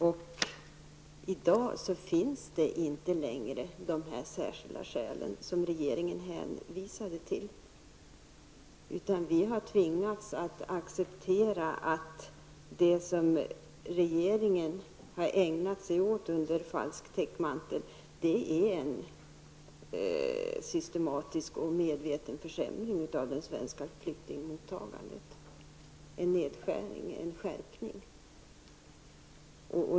I dag finns inte längre de särskilda skäl som regeringen hänvisade till. Vi har tvingats att acceptera att det som regeringen har ägnat sig åt under falsk täckmantel är en systematisk och medveten försämring av det svenska flyktingmottagandet. Det är en nedskärning, en skärpning.